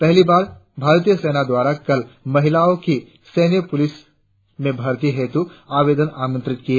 पहली बार भारतीय सेना द्वारा कल महिलाओं की सैन्य पुलिस में भर्ती हेतु आवेदन आमंत्रित किए